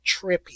trippy